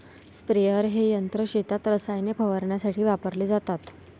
sprayer हे यंत्र शेतात रसायने फवारण्यासाठी वापरले जाते